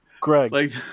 Greg